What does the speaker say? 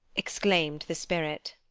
exclaimed the spirit.